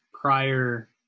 prior